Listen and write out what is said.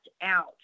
out